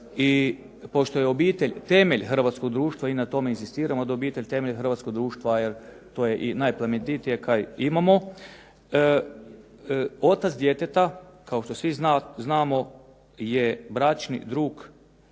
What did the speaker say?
I pošto je obitelj temelj hrvatskog društva i na tome inzistiramo da je obitelj hrvatskog društva, jer to je i najplemenitije kaj imamo. Otac djeteta, kao što svi znamo, je bračni drug i